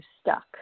stuck